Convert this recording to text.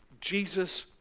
Jesus